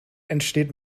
entsteht